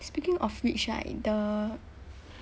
speaking of which right the